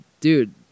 dude